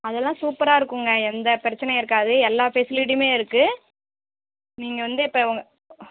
அதெல்லாம் சூப்பராக இருக்குங்க எந்த பிரச்சனையும் இருக்காது எல்லாம் ஃபெசிலிட்டியுமே இருக்கு நீங்கள் வந்து இப்போ